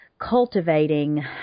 cultivating